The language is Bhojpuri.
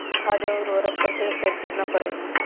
खाद व उर्वरक प्रति हेक्टेयर केतना परेला?